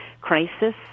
crisis